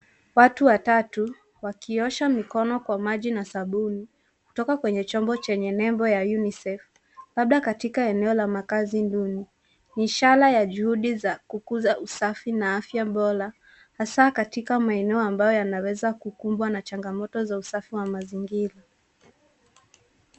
Watu watau wakiosha mikono kwa maji na sabuni kutoka kwenye chombo yenye nembo ya UNICEF labda katika eneo ya makaazi duni, ishara ya juhudi za kukuza usafi na afya bora hasaa katika maeneo yanaweza kukumbwa na changamoto za usafi wa mazingira.